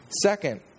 Second